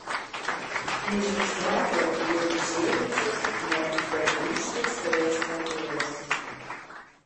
nužingsniavo link žėrinčios net deglų šviesoje statulos